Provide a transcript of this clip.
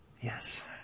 Yes